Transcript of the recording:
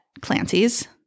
Clancy's